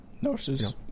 nurses